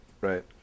Right